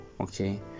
okay